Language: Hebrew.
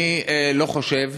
אני לא חושב